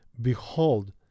Behold